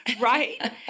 Right